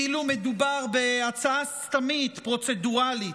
כאילו מדובר בהצעה סתמית פרוצדורלית,